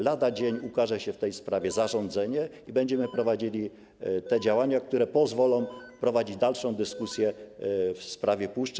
Lada dzień ukaże się w tej sprawie zarządzenie i będziemy prowadzili działania, które pozwolą toczyć dalszą dyskusję w sprawie puszczy.